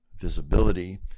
visibility